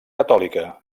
catòlica